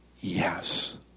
Yes